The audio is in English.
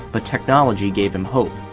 but technology gave him hope.